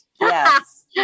Yes